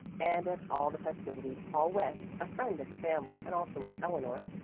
and at all the festivities paul west, a friend of the family and also of eleanor's,